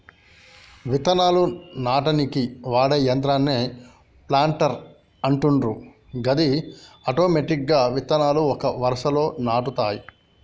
విత్తనాలు నాటనీకి వాడే యంత్రాన్నే ప్లాంటర్ అంటుండ్రు గది ఆటోమెటిక్గా విత్తనాలు ఒక వరుసలో నాటుతాయి